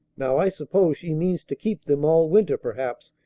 now, i suppose she means to keep them all winter, perhaps,